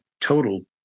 total